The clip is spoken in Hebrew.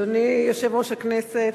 אדוני יושב-ראש הכנסת,